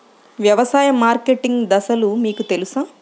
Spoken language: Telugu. వ్యవసాయ మార్కెటింగ్ దశలు మీకు తెలుసా?